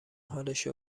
حالش